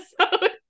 episode